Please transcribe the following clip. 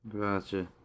gotcha